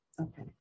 okay